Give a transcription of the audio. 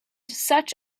such